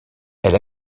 elle